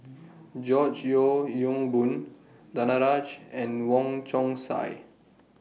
George Yeo Yong Boon Danaraj and Wong Chong Sai